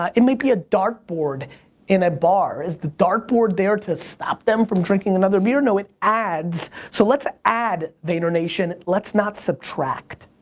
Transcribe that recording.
um it might be a dart board in a bar. is the dart board there to stop them from drinking another beer? no, it adds, so let's add vaynernation. let's not subtract.